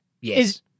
Yes